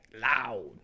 loud